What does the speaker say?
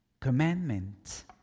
commandments